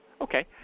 Okay